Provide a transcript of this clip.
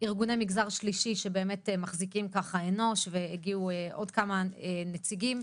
ארגוני מגזר שלישי שבאמת מחזיקים ככה "אנוש" והגיעו עוד כמה נציגים.